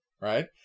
Right